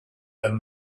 than